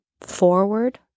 forward